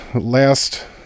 last